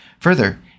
Further